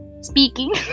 speaking